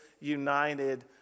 united